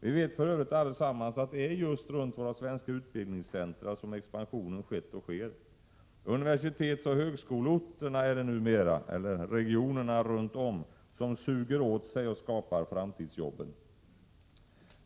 Vi vet för övrigt allesammans att det är just runt våra svenska utbildningscentra som expansionen skett och sker. Universitetsoch högskoleorterna och regionerna omkring dem suger åt sig och skapar framtidsjobben.